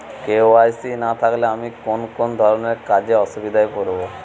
KYC না থাকলে আমি কোন কোন ধরনের কাজে অসুবিধায় পড়ব?